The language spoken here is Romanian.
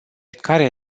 care